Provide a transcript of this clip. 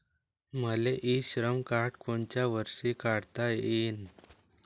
मले e Shram card कोनच्या वर्षी काढता येईन?